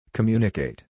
Communicate